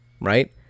right